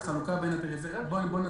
אני אסביר: